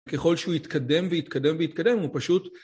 ככל שהוא יתקדם, ויתקדם, ויתקדם, הוא פשוט...